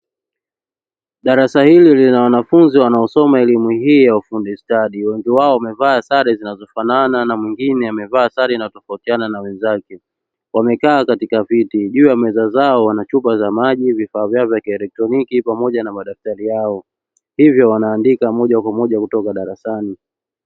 Darasa hili lina wanafunzi wanaosoma elimu hii ya ufundi stadi wengi wao wamevaa sare zinazofanana na mwingine amevaa sare inayotofautiana na wenzake. Wamekaa katika viti juu ya meza zao wana chupa za maji vifaa vyao vya kielektroniki pamoja na madaftari yao, hivyo wanaandika moja kwa moja kutoka darasani.